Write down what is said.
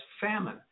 famine